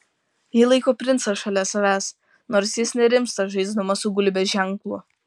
ji laiko princą šalia savęs nors jis nerimsta žaisdamas su gulbės ženklu